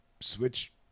switch